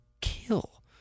kill